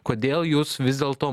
kodėl jūs vis dėlto